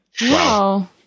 Wow